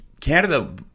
Canada